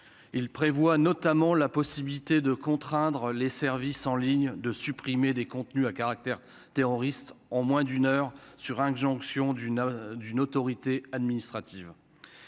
il prévoit notamment la possibilité de contraindre les services en ligne, de supprimer des contenus à caractère terroriste en moins d'une heure sur injonction d'une d'une autorité administrative